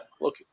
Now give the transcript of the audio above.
Look